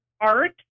Art